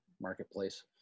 Marketplace